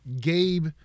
Gabe